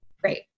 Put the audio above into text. Great